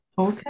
Okay